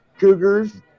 Cougars